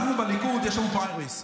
לנו בליכוד יש פריימריז.